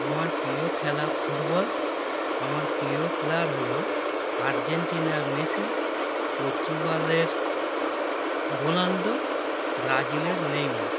আমার প্রিয় খেলা ফুটবল আমার প্রিয় প্লেয়ার হলো আর্জেন্টিনার মেসি পর্তুগালের রোনাল্ডো ব্রাজিলের নেইমার